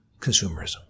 consumerism